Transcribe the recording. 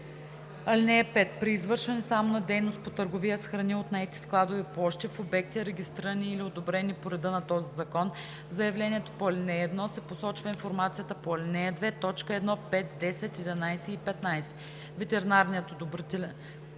(5) При извършване само на дейност по търговия с храни от наети складови площи в обекти, регистрирани или одобрени по реда на този закон, в заявлението по ал. 1 се посочва информацията по ал. 2, т. 1, 5, 10, 11 и 15, ветеринарният одобрителен